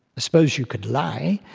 suppose you could lie,